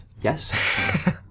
Yes